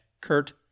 Kurt